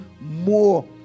more